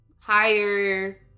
higher